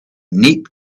neat